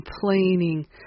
complaining